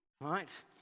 right